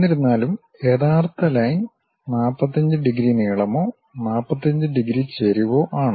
എന്നിരുന്നാലും യഥാർത്ഥ line 45 degree നീളമോ 45 ഡിഗ്രി ചെരിവോ ആണ്